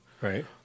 Right